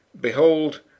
behold